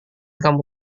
kamu